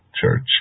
Church